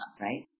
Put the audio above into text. right